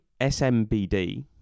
SMBD